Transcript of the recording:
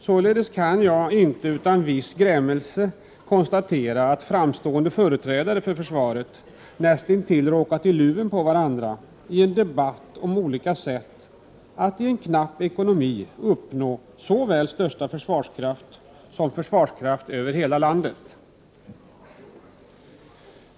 Således kan jag inte utan viss grämelse konstatera, att framstående företrädare för försvaret näst intill råkat i luven på varandra i en debatt om olika sätt att i en knapp ekonomi uppnå såväl största försvarskraft som försvarskraft över hela landet.